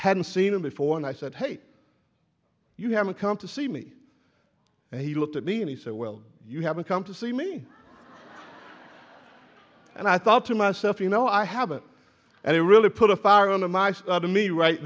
hadn't seen him before and i said hey you haven't come to see me and he looked at me and he said well you haven't come to see me and i thought to myself you know i haven't and it really put a fire on the mice to me right